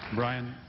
brian?